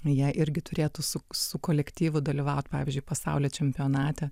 jie irgi turėtų su su kolektyvu dalyvaut pavyzdžiui pasaulio čempionate